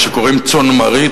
מה שקוראים צאן מרעית,